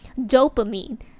dopamine